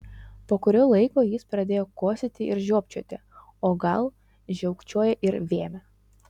po kurio laiko jis pradėjo kosėti ir žiopčioti o gal žiaukčiojo ir vėmė